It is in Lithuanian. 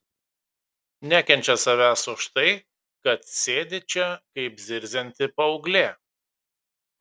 nekenčia savęs už tai kad sėdi čia kaip zirzianti paauglė